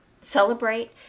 celebrate